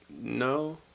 no